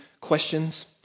questions